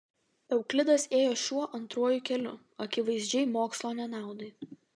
euklidas ėjo šiuo antruoju keliu akivaizdžiai mokslo nenaudai